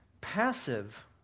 passive